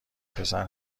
پسر